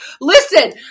listen